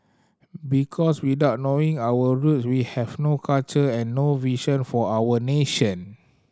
because without knowing our roots we have no culture and no vision for our nation